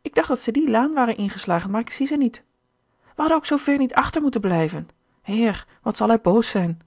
ik dacht dat ze die laan waren ingeslagen maar ik zie ze niet wij hadden ook zoo ver niet achter moeten blijven heer wat zal hij boos zijn